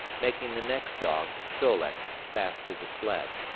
making the next dog, sol-leks, fast to the sled.